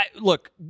look